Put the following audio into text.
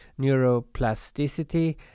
neuroplasticity